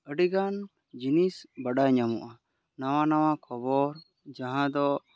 ᱟᱹᱰᱤ ᱜᱟᱱ ᱡᱤᱱᱤᱥ ᱵᱟᱰᱟᱭ ᱧᱟᱢᱚᱜᱼᱟ ᱱᱟᱣᱟ ᱱᱟᱣᱟ ᱠᱷᱚᱵᱚᱨ ᱡᱟᱦᱟᱸ ᱫᱚ